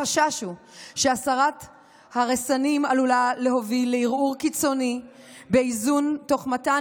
החשש הוא שהסרת הרְסָנים עלולה להוביל לערעור קיצוני באיזון תוך מתן